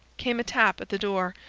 came a tap at the door,